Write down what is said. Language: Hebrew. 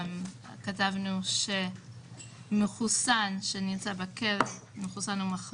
כתבנו שמחוסן או מחלים שנמצא בכלא לא